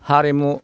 हारिमु